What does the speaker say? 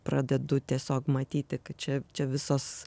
pradedu tiesiog matyti kad čia čia visos